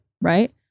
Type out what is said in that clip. right